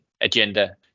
agenda